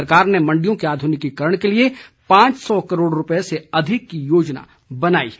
सरकार ने मंडियों के आधुनिकीकरण के लिए पांच सौ करोड रुपये से अधिक की योजना बनाई है